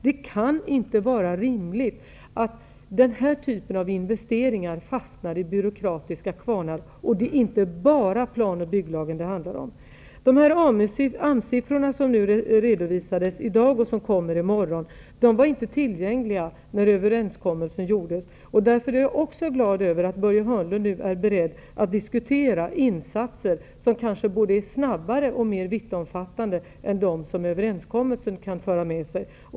Det kan inte vara rimligt att den här typen av investeringar fastnar i byråkratiska kvarnar, och det är inte bara plan och bygglagen det handlar om. De AMS-siffror som redovisades i dag och som offentliggörs i morgon var inte tillgängliga när överenskommelsen gjordes. Därför är jag också glad över att Börje Hörnlund nu är beredd att diskutera insatser som kanske är både snabbare och mer vittomfattande än de som överenskommelsen kan föra med sig.